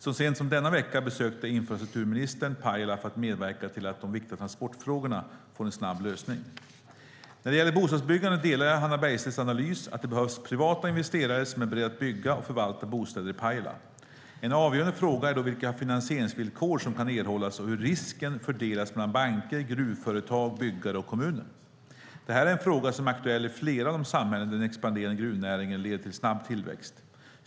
Så sent som denna vecka besökte infrastrukturministern Pajala för att medverka till att de viktiga transportfrågorna får en snabb lösning. När det gäller bostadsbyggande delar jag Hannah Bergstedts analys att det behövs privata investerare som är beredda att bygga och förvalta bostäder i Pajala. En avgörande fråga är då vilka finansieringsvillkor som kan erhållas och hur risken fördelas mellan banker, gruvföretag, byggare och kommunen. Det här är en fråga som är aktuell i flera av de samhällen där den expanderande gruvnäringen leder till snabb tillväxt.